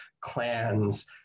clans